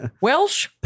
Welsh